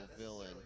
villain